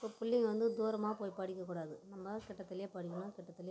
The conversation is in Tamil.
இப்போ பிள்ளைங்க வந்து தூரமாக போய் படிக்கக்கூடாது நம்ம கிட்டத்துலேயே படிக்கணும் கிட்டத்துலேயே இருக்கணும்